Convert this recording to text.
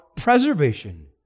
Preservation